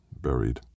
buried